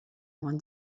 moins